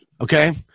Okay